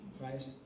right